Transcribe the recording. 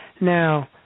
Now